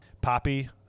Poppy